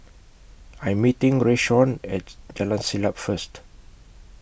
I'm meeting Rayshawn At Jalan Siap First